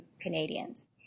Canadians